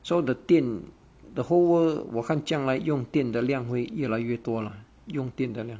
so the 电 the whole world 我看将来用电的量为越来越多 lah 用电的量